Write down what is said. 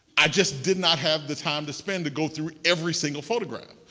i just did not have the time to spend to go through every single photograph.